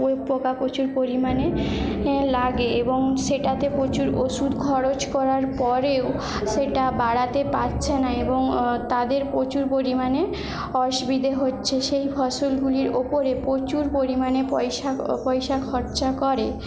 পোকা প্রচুর পরিমাণে লাগে এবং সেটাতে প্রচুর ওষুধ খরচ করার পরেও সেটা বাড়াতে পারছে না এবং তাদের প্রচুর পরিমাণে অসুবিধে হচ্ছে সেই ফসলগুলির ওপরে প্রচুর পরিমাণে পয়সা পয়সা খরচা করে